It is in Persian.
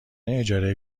اجاره